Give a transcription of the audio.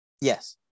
Yes